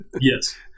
Yes